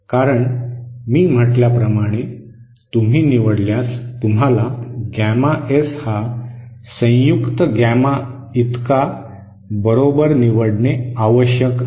कारण मी म्हटल्याप्रमाणे तुम्ही निवडल्यास तुम्हाला गॅमा एस हा संयुक्त गॅमा इतका बरोबर निवडणे आवश्यक आहे